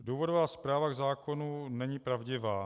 Důvodová zpráva k zákonu není pravdivá.